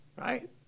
right